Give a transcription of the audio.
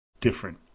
different